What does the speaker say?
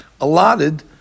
allotted